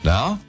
Now